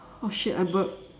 oh shit I burped